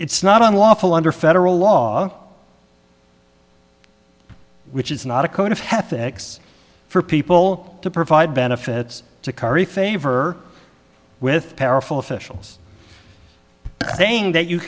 it's not unlawful under federal law which is not a code of have fix for people to provide benefits to curry favor with powerful officials saying that you